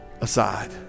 aside